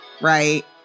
Right